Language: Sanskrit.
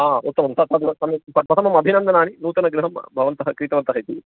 हा उत्तमं त तद् प्रथमम् अभिनन्दनानि नूतनगृहं भवन्तः क्रीतवन्तः इति